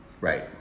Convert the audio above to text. Right